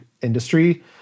industry